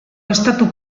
estatu